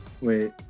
Wait